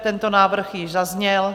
Tento návrh již zazněl.